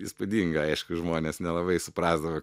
įspūdingai aišku žmonės nelabai suprasdavo